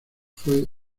fue